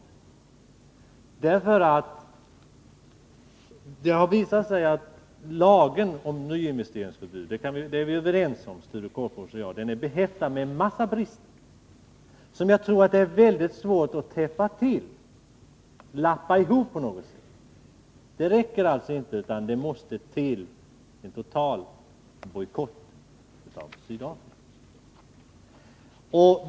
Det har nämligen visat sig att lagen om nyinvesteringsförbud är behäftad med en mängd brister — det är vi överens om, Sture Korpås och jag. Jag tror att det är mycket svårt att täppa till dessa brister och lappa ihop lagen. Det räcker alltså inte, utan det måste till en total bojkott av Sydafrika.